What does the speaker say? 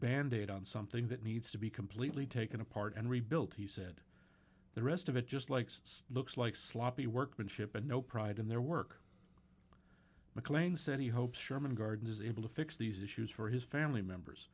band aid on something that needs to be completely taken apart and rebuilt he said the rest of it just like looks like sloppy workmanship and no pride in their work mclean said he hopes sherman gardens is able to fix these issues for his family members